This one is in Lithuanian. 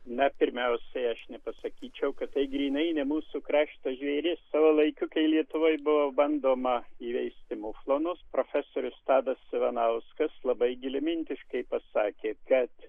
na pirmiausiai aš nepasakyčiau kad tai grynai ne mūsų krašto žvėris savo laiku kai lietuvoj buvo bandoma įveisti muflonus profesorius tadas ivanauskas labai giliamintiškai pasakė kad